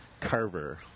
Carver